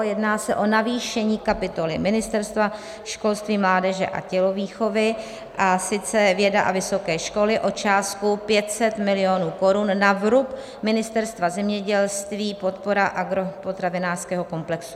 Jedná se o navýšení kapitoly Ministerstva školství, mládeže a tělovýchovy, a sice věda a vysoké školy, o částku 500 milionů korun na vrub Ministerstva zemědělství, podpora agropotravinářského komplexu.